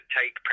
take